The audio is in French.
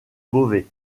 beauvais